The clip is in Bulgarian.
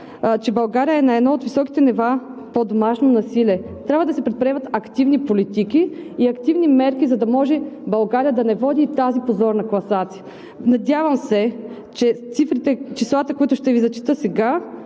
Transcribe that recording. че България е на едно от високите нива по домашно насилие. Трябва да се предприемат активни политики и активни мерки, за да може България да не води тази позорна класация. Надявам се, че числата, които ще Ви зачета сега,